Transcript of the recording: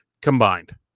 combined